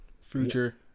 Future